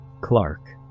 Clark